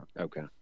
Okay